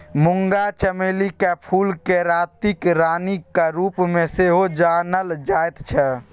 मूंगा चमेलीक फूलकेँ रातिक रानीक रूपमे सेहो जानल जाइत छै